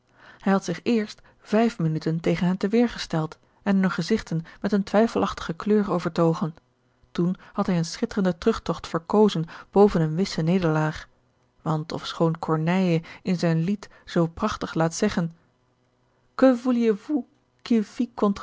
hij had zich eerst vijf minuten tegen hen te weer gesteld en hunne gezigten met eene twijfelachtige kleur overtogen toen had hij een schitterenden terugtogt verkozen boven eene wisse nederlaag want ofschoon corneille in zijn lied zoo prachtig laat zeggen